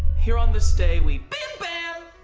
here on this day, we bim bam